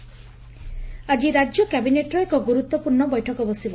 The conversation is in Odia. କ୍ୟାବିନେଟ୍ର ବୈଠକ ଆକି ରାଜ୍ୟ କ୍ୟାବିନେଟ୍ର ଏକ ଗୁରୁତ୍ୱପୂର୍ଷ୍ ବୈଠକ ବସିବ